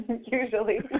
usually